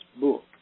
book